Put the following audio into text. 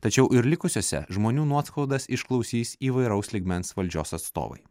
tačiau ir likusiose žmonių nuoskaudas išklausys įvairaus lygmens valdžios atstovai